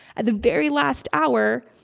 at the very last hour,